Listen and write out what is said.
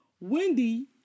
Wendy